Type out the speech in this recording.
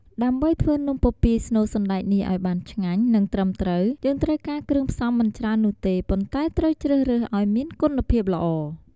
ដើម្បីធ្វើនំពពាយស្នូលសណ្តែកនេះឲ្យបានឆ្ងាញ់ និងត្រឹមត្រូវ យើងត្រូវការគ្រឿងផ្សំមិនច្រើននោះទេ ប៉ុន្តែត្រូវជ្រើសរើសឲ្យមានគុណភាពល្អ។